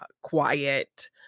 quiet